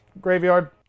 graveyard